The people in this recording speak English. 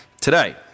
today